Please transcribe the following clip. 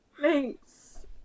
Thanks